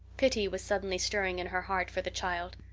pity was suddenly stirring in her heart for the child.